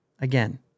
again